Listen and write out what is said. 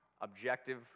objective